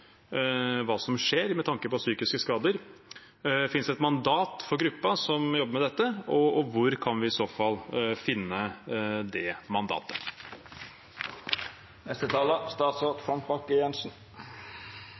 hva som skjer med tanke på psykiske skader. Finnes det et mandat for gruppen som jobber med dette, og hvor kan vi i så fall finne det